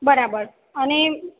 બરાબર અને